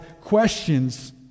questions